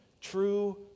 true